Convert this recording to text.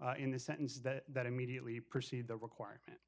ways in the sentence that immediately proceed the requirement